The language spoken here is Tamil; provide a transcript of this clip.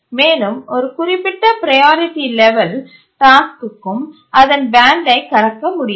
மேலும் ஒரு குறிப்பிட்ட ப்ரையாரிட்டி லெவல் டாஸ்க்கும் அதன் பேண்டை கடக்க முடியாது